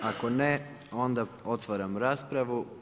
Ako ne, onda otvaram raspravu.